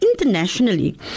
internationally